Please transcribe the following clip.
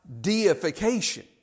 deification